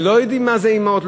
ולא יודעים מה זה אימהות,